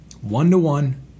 One-to-one